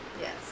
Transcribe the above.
Yes